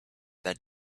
that